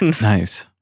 nice